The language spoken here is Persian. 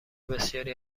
بسیاری